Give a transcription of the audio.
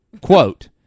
quote